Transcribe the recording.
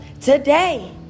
today